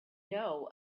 know